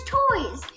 toys